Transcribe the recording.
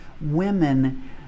women